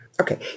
Okay